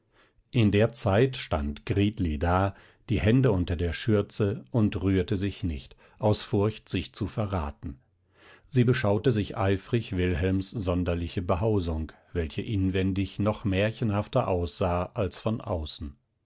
in der zeit stand gritli da die hände unter der schürze und rührte sich nicht aus furcht sich zu verraten sie beschaute sich eifrig wilhelms sonderliche behausung welche inwendig noch märchenhafter aussah als von außen